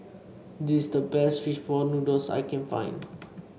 this is the best fish ball noodles I can find